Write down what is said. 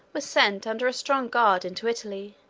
were sent under a strong guard into italy